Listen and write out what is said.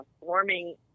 warming